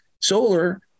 solar